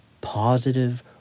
positive